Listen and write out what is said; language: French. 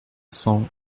cents